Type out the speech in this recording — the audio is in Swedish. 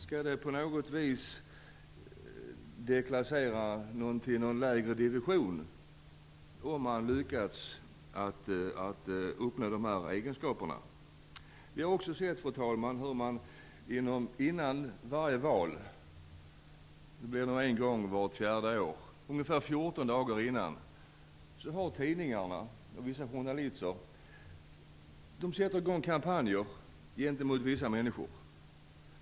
Skall det på något vis deklassera någon till en lägre division om personen i fråga har lyckats uppnå dessa saker? Vi har också sett, fru talman, hur tidningarna och vissa journalister innan varje val - det blir nu en gång vart fjärde år - ungefär 14 dagar innan valdagen sätter i gång kampanjer mot vissa människor.